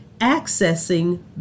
accessing